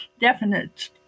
definite